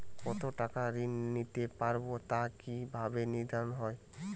কতো টাকা ঋণ নিতে পারবো তা কি ভাবে নির্ধারণ হয়?